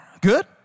Good